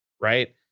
right